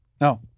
No